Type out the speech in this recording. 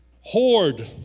hoard